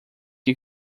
que